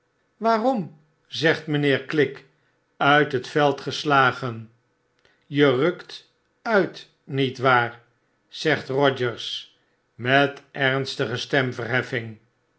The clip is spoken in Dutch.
waarom zegt mynheer click uit het veld geslagen je rukt uit niet waar zegt rogers met ernstige stemverheffing